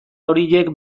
horiek